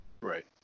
Right